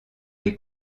les